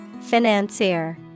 Financier